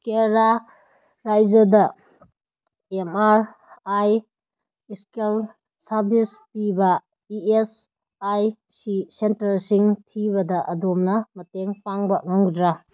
ꯀꯦꯔꯦꯂꯥ ꯔꯥꯖ꯭ꯌꯥꯗ M R I ꯏꯁꯀꯦꯜ service ꯄꯤꯕ ꯏ ꯑꯦꯁ ꯑꯥꯏ ꯁꯤ ꯁꯦꯟꯇꯔꯁꯤꯡ ꯊꯤꯕꯗ ꯑꯗꯣꯝꯅ ꯃꯇꯦꯡ ꯄꯥꯡꯕ ꯉꯝꯒꯗ꯭ꯔ